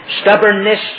stubbornness